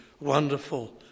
wonderful